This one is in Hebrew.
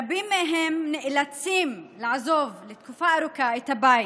רבים מהם נאלצים לעזוב לתקופה ארוכה את הבית,